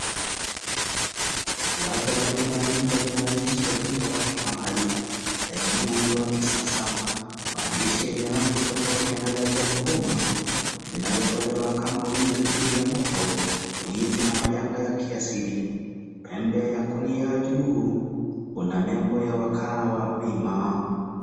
Tangazo la bima ya nyumba linaonyesha jengo la kifahari lenye muundo wa kisasa . Maandishi yenye rangi tofauti yanaelezea huduma zinazotolewa kama ulinzi dhidi ya mto wizi na majanga ya kiasili . Pembe ya kulia juu kuna nembo ya wakala wa bima.